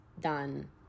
done